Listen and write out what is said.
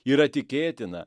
yra tikėtina